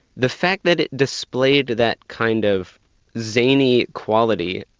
the fact that it displayed that kind of zany quality,